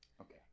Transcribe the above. Okay